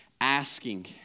asking